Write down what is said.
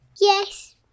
Yes